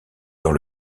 dans